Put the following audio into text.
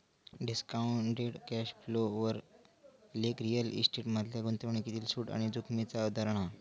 discounted cash flow वर लेख real estate मधल्या गुंतवणूकीतील सूट आणि जोखीमेचा उदाहरण हा